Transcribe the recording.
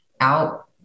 out